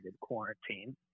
quarantine